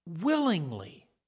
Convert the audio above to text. willingly